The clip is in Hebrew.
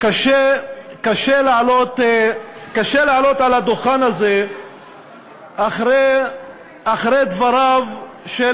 קשה לעלות לדוכן הזה אחרי דבריו של